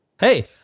Hey